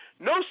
No